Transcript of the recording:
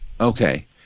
okay